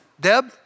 Deb